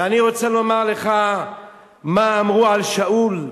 ואני רוצה לומר לך מה אמרו על שאול,